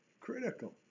Critical